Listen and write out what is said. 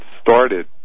started